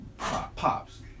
Pops